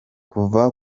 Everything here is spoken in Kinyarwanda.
kuva